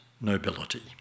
nobility